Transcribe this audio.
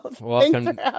Welcome